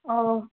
ও